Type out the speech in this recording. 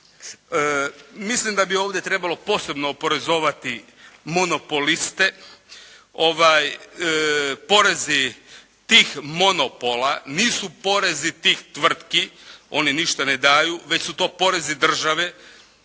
Mislim da bi ovdje trebalo posebno oporezivati monopoliste, porezi tih monopola nisu porezi tih tvrtki one ništa ne daju, već su to porezi države,